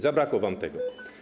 Zabrakło wam tego.